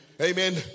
Amen